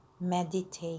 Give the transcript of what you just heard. meditate